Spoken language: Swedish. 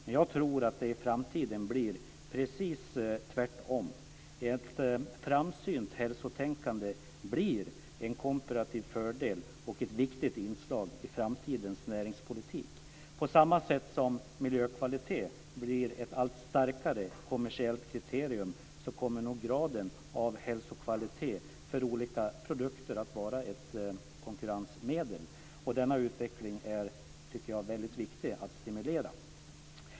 Men jag tror att det i framtiden blir precis tvärtom. Ett framsynt hälsotänkande blir en komparativ fördel och ett viktigt inslag i framtidens näringspolitik. På samma sätt som miljökvalitet blir ett allt starkare kommersiellt kriterium, kommer nog graden av hälsokvalitet för olika produkter att vara ett konkurrensmedel. Jag tycker att det är mycket viktigt att stimulera denna utveckling.